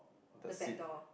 the seat